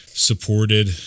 supported